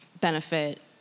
benefit